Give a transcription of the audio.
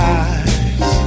eyes